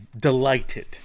Delighted